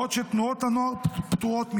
בעוד שתנועות הנוער פטורות מכך.